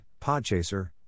Podchaser